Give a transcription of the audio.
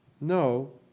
No